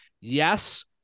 yes